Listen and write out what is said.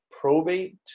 probate